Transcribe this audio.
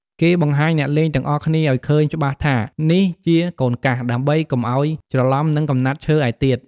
គេបង្ហាញអ្នកលេងទាំងអស់គ្នាឲ្យឃើញច្បាស់ថា នេះជា "កូនកាស" ដើម្បីកុំឲ្យច្រឡំនឹងកំណាត់ឈើឯទៀត។